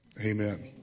amen